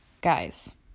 Guys